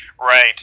Right